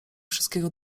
wszystkiego